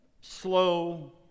slow